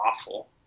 awful